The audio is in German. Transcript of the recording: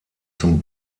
zum